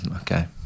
Okay